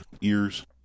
ears